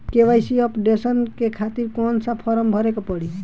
KYC updation के खातिर कौन सा फारम भरे के पड़ी?